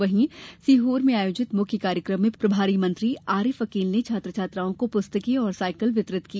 वहीं सीहोर में आयोजित मुख्य कार्यक्रम में प्रभारी मंत्री आरिफ आकील ने छात्र छात्राओं को पुस्तकें और सायकल वितरित की